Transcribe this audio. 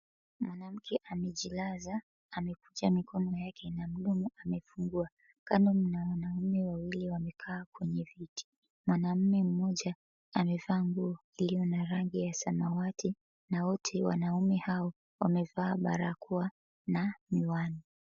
Mwanamke amejilaza. Ameficha mikono yake na mdomo amefungua. Kando mna wanaume wawili wamekaa kwenye viti. Mwanamme mmoja amevaa nguo iliyo na rangi ya samawati na wote wanaume hao wamevaa barakoa na miwani.